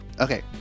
Okay